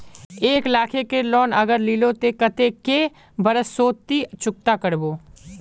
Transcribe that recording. एक लाख केर लोन अगर लिलो ते कतेक कै बरश सोत ती चुकता करबो?